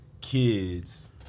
kids